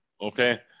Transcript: okay